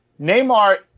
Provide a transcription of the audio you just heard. Neymar